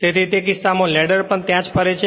તેથી તે કિસ્સામાં લેડર પણ ત્યાં જ ફરે છે